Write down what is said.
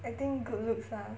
I think good looks lah